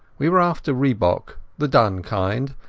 we were after rhebok, the dun kind,